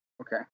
okay